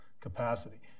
capacity